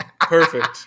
Perfect